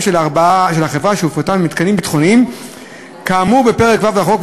של החברה שהופרטה מתקנים ביטחוניים כאמור בפרק ו' לחוק,